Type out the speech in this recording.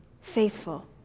faithful